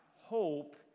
hope